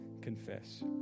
confess